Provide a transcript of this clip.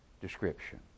description